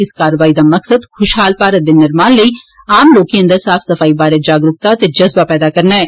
इस कारवाई दा मकसद खुशहाल भारत दे निर्माण लेई आम लोकें अंदर साफ सफाई बारै जागरुक्ता ते जज्बा पैदा करना ऐ